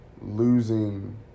losing